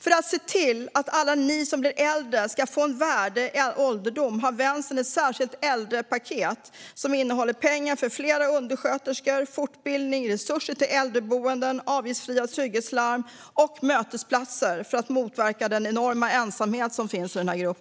För att se till att alla ni som blir äldre ska få en värdig ålderdom har Vänstern ett särskilt äldrepaket, som innehåller pengar för flera undersköterskor, fortbildning, resurser till äldreboenden, avgiftsfria trygghetslarm och mötesplatser för att motverka den enorma ensamhet som finns inom denna grupp.